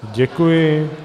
Děkuji.